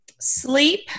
sleep